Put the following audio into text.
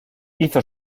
hizo